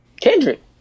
Kendrick